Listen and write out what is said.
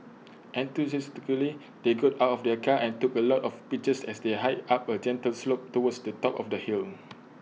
enthusiastically they got out of their car and took A lot of pictures as they hiked up A gentle slope towards the top of the hill